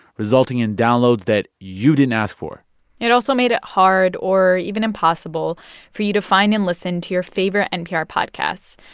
resulting in downloads that you didn't ask for it also made it hard or even impossible for you to find and listen to your favorite npr podcasts.